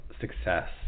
success